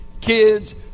kids